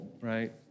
right